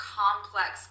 complex